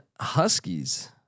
Huskies